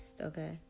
okay